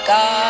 God